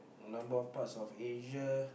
number of parts of Asia